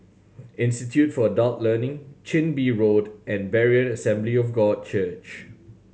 Institute for Adult Learning Chin Bee Road and Berean Assembly of God Church